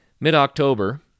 Mid-October